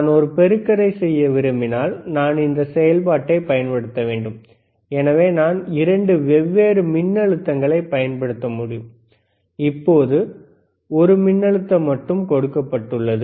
நான் ஒரு பெருக்கலை செய்ய விரும்பினால் நான் இந்த செயல்பாட்டைப் பயன்படுத்த வேண்டும் எனவே நான் 2 வெவ்வேறு மின்னழுத்தங்களை பயன்படுத்த வேண்டும் இப்போது ஒரு மின்னழுத்தம் மட்டுமே கொடுக்கப்பட்டுள்ளது